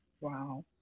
Wow